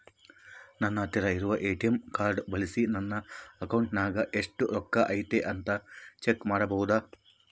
ನನ್ನ ಹತ್ತಿರ ಇರುವ ಎ.ಟಿ.ಎಂ ಕಾರ್ಡ್ ಬಳಿಸಿ ನನ್ನ ಅಕೌಂಟಿನಾಗ ಎಷ್ಟು ರೊಕ್ಕ ಐತಿ ಅಂತಾ ಚೆಕ್ ಮಾಡಬಹುದಾ?